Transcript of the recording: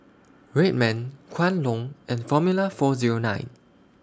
Red Man Kwan Loong and Formula four Zero nine